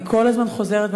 אני כל הזמן חוזרת,